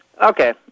Okay